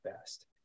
best